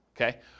okay